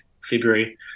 February